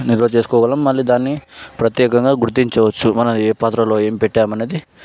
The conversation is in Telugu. నిల్వ చేసుకోగలం మళ్ళీ దానిని ప్రత్యేకంగా గుర్తించవచ్చు మనం ఏ పాత్రలో ఏం పెట్టాము అనేది